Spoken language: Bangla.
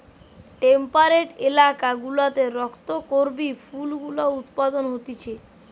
টেম্পারেট এলাকা গুলাতে রক্ত করবি ফুল গুলা উৎপাদন হতিছে